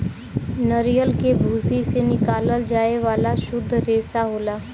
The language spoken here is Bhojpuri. नरियल के भूसी से निकालल जाये वाला सुद्ध रेसा होला